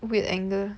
weird angle